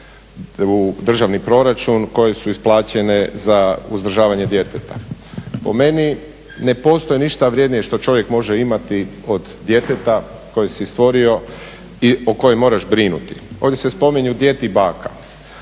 u državni proračun koje su isplaćene za uzdržavanje djeteta, po meni ne postoji ništa vrjednije što čovjek može imati od djeteta koje si je stvorio i o kojem moraš brinuti. Ovdje se spominju djed i baka,